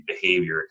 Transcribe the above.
behavior